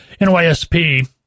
NYSP